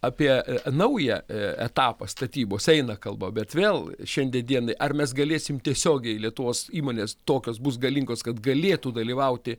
apie naują etapą statybos eina kalba bet vėl šiandien dienai ar mes galėsim tiesiogiai lietuvos įmonės tokios bus galingos kad galėtų dalyvauti